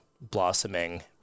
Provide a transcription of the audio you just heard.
blossoming